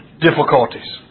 difficulties